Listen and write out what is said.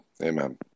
Amen